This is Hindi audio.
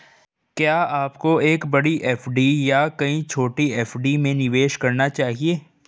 क्या आपको एक बड़ी एफ.डी या कई छोटी एफ.डी में निवेश करना चाहिए?